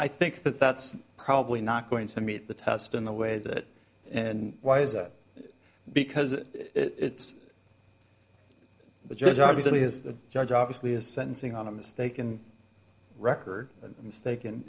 i think that that's probably not going to meet the test in the way that and why is it because it's the judge obviously is the judge obviously is sentencing on a mistaken record a mistaken